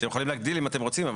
אתם יכולים להגדיל אם אתם רוצים,